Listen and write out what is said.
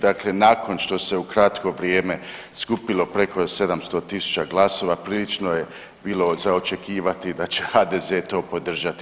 Dakle, nakon što se u kratko vrijeme skupilo preko 700 000 glasova prilično je bilo za očekivati da će HDZ to podržati.